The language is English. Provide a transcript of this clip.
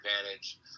advantage